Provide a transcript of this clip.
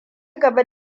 gaba